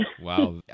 Wow